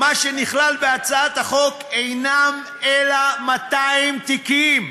מה שנכלל בהצעת החוק אינו אלא 200 תיקים,